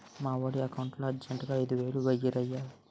మావోడి ఎకౌంటులో అర్జెంటుగా ఐదువేలు వేయిరయ్య